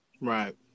right